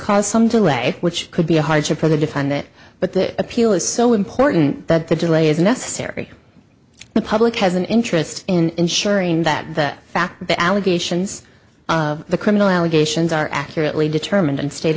cause some delay which could be a hardship for the defined it but the appeal is so important that the delay is necessary the public has an interest in ensuring that the fact that the allegations of the criminal allegations are accurately determined and state